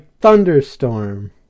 thunderstorm